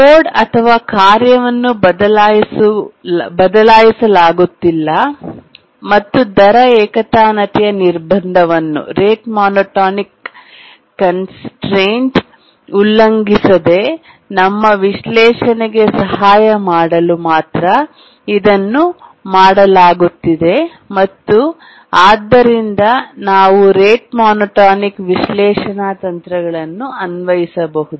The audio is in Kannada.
ಕೋಡ್ ಅಥವಾ ಕಾರ್ಯವನ್ನು ಬದಲಾಯಿಸಲಾಗುತ್ತಿಲ್ಲ ಮತ್ತು ದರ ಏಕತಾನತೆಯ ನಿರ್ಬಂಧವನ್ನು ರೇಟ್ ಮೋನೋಟೋನಿಕ್ ಕನ್ಸ್ತ್ರೈಂಟ್ ಉಲ್ಲಂಘಿಸದೆ ನಮ್ಮ ವಿಶ್ಲೇಷಣೆಗೆ ಸಹಾಯ ಮಾಡಲು ಮಾತ್ರ ಇದನ್ನು ಮಾಡಲಾಗುತ್ತಿದೆ ಮತ್ತು ಆದ್ದರಿಂದ ನಾವು ರೇಟ್ ಮೋನೋಟೋನಿಕ್ ವಿಶ್ಲೇಷಣಾ ತಂತ್ರಗಳನ್ನು ಅನ್ವಯಿಸಬಹುದು